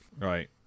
right